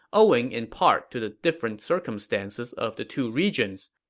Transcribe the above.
owing in part to the different circumstances of the two regions.